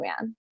man